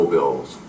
Bills